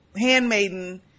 handmaiden